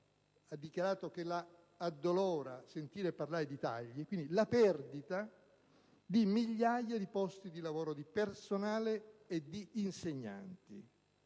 ha dichiarato che la addolora sentir parlare di tagli) di migliaia di posti di lavoro di personale e di insegnanti.